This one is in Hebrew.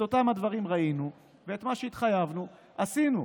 את אותם הדברים ראינו ואת מה שהתחייבנו עשינו.